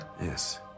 Yes